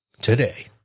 today